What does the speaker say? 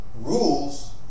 rules